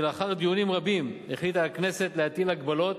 ולאחר דיונים רבים החליטה הכנסת להטיל הגבלות